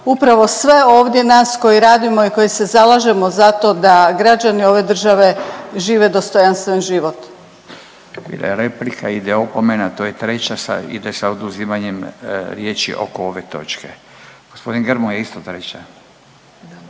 upravo sve ovdje nas koji radimo i koji se zalažemo za to da građani ove države žive dostojanstven život. **Radin, Furio (Nezavisni)** Bila je replika, ide opomena. To je treća sa, ide sa oduzimanjem riječi oko ove točke. G. Grmoja, isto treća.